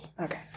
Okay